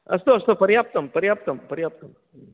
अस्तु अस्तु पर्याप्तं पर्याप्तं पर्याप्तं